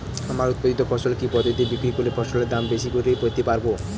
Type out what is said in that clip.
আমার উৎপাদিত ফসল কি পদ্ধতিতে বিক্রি করলে ফসলের দাম বেশি করে পেতে পারবো?